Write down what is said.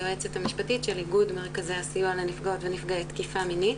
אני היועמ"ש של איגוד מרכזי הסיוע לנפגעות ונפגעי תקיפה מינית.